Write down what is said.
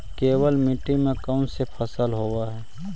केवल मिट्टी में कौन से फसल होतै?